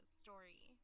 story